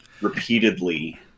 repeatedly